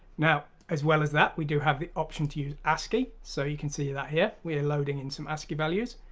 now as well as that we do have the option to use ascii. so you can see that here we are loading in some ascii values,